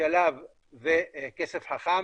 של"ב ו'כסף חכם',